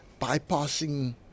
Bypassing